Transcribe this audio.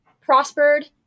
prospered